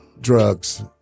drugs